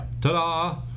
Ta-da